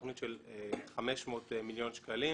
תוכנית של 500 מיליון שקלים